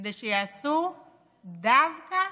כדי שיעשו דווקא